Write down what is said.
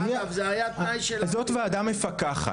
זאת ועדה מפקחת.